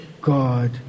God